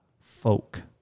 folk